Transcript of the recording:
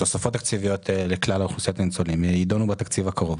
תוספות תקציביות לכלל אוכלוסיית הניצולים יידונו בתקציב הקרוב.